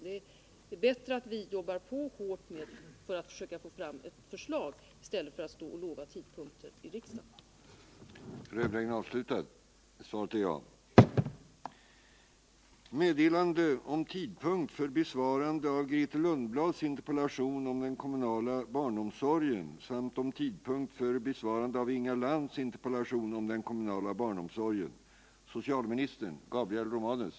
Det är bättre att vi jobbar på hårt nu för att försöka få fram ett förslag i stället för att lova att det skall läggas fram för riksdagen vid en viss tidpunkt.